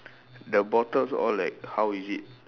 the bottles all like how is it